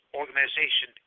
organization